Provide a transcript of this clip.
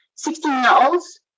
16-year-olds